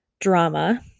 drama